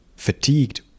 fatigued